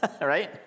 right